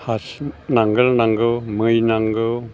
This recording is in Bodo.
हासिनि नांगोल नांगौ मै नांगौ